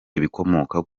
ibikomoka